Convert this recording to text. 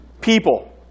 people